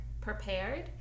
prepared